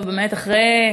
טוב, באמת, שלום,